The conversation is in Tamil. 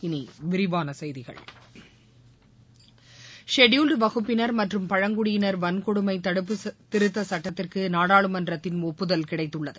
இனி விரிவான செய்திகள் ஷெட்யூல்ட் வகுப்பினர் மற்றும் பழங்குடியினர் வன்கொடுமை தடுப்புத் திருத்தச் சட்டத்திற்கு நாடாளுமன்றத்தின் ஒப்புதல் கிடைத்துள்ளது